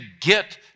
get